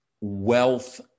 wealth